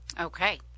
Okay